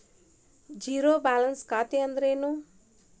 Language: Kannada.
ಝೇರೋ ಬ್ಯಾಲೆನ್ಸ್ ಖಾತೆ ಅಂದ್ರೆ ಏನು?